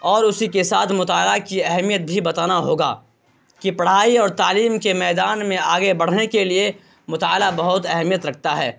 اور اسی کے ساتھ مطالعہ کی اہمیت بھی بتانا ہوگا کہ پڑھائی اور تعلیم کے میدان میں آگے بڑھنے کے لیے مطالعہ بہت اہمیت رکھتا ہے